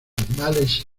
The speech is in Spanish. animales